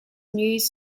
news